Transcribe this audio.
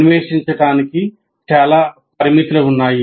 అన్వేషించడానికి చాలా పారామితులు ఉన్నాయి